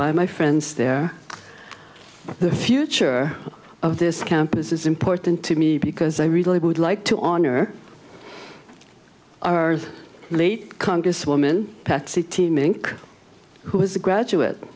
by my friends there the future of this campus is important to me because i really would like to honor our late congresswoman patsy teaming who was a graduate